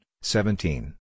seventeen